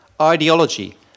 ideology